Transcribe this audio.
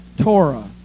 Torah